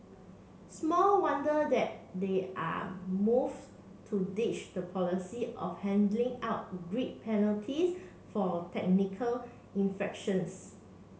small wonder that there are moves to ditch the policy of handing out grid penalties for technical infractions